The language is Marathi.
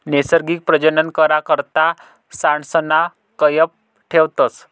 नैसर्गिक प्रजनन करा करता सांडसना कयप ठेवतस